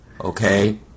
Okay